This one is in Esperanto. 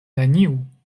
neniu